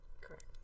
Correct